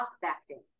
prospecting